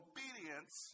Obedience